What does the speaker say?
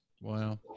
Wow